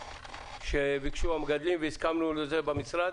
שביקשו המגדלים והסכמנו לזה במשרד.